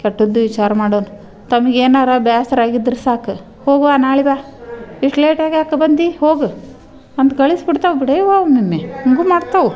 ಕೆಟ್ಟದ್ದು ವಿಚಾರ ಮಾಡೋಣ ತಮ್ಗೆ ಏನಾರು ಬೇಸ್ರ ಆಗಿದ್ರೆ ಸಾಕು ಹೋಗು ಅವ್ವ ನಾಳೆ ಬಾ ಇಷ್ಟು ಲೇಟಾಗಿ ಯಾಕೆ ಬಂದಿ ಹೋಗು ಅಂತ ಕಳಿಸಿ ಬಿಡ್ತಾವೆ ಬಿಡೆ ಅವ್ವ ಒಮ್ಮೊಮ್ಮೆ ಹಿಂಗೆ ಮಾಡ್ತಾವೆ